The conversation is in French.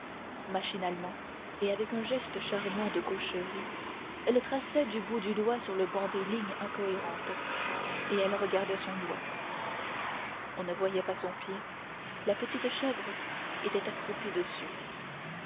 machinalement et avec un geste charmant de gaucherie elle traçait du bout du doigt sur le banc des lignes incohérentes et elle regardait son doigt on ne voyait pas son pied la petite chèvre était accroupie dessus